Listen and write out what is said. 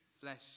flesh